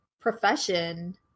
profession